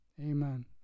Amen